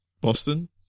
Boston